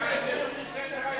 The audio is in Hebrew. להסיר מסדר-היום.